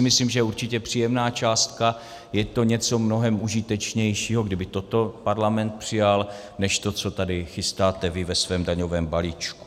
Myslím, že to je určitě příjemná částka, je to něco mnohem užitečnějšího, kdyby toto parlament přijal, než to, co tady chystáte vy ve svém daňovém balíčku.